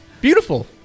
beautiful